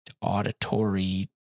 auditory